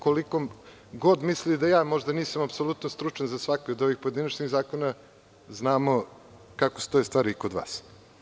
Koliko god mislili da možda ja nisam apsolutno stručan za svaki od ovih pojedinačnih zakona, znamo kako stoje stvari kod vas.